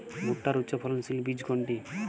ভূট্টার উচ্চফলনশীল বীজ কোনটি?